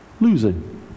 losing